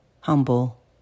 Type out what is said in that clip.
humble